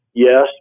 Yes